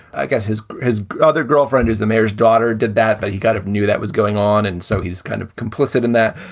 i guess his his other girlfriend is the mayor's daughter did that, but he got knew that was going on. and so he's kind of complicit in that.